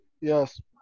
Yes